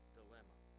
dilemma